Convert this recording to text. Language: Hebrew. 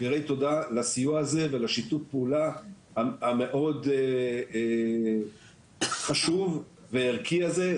יראי תודה לסיוע הזה ולשיתוף פעולה המאוד חשוב וערכי הזה,